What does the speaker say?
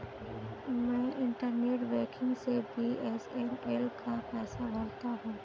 मैं internet banking से BSNL का पैसा भरता हूं